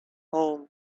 home